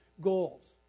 goals